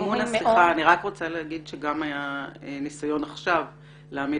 אני רק רוצה לומר שהיה הניסיון עכשיו להעמיד